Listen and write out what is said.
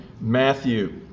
Matthew